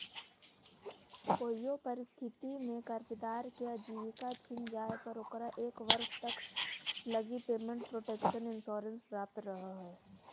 कोइयो परिस्थिति में कर्जदार के आजीविका छिन जाए पर ओकरा एक वर्ष तक लगी पेमेंट प्रोटक्शन इंश्योरेंस प्राप्त रहऽ हइ